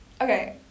okay